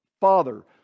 Father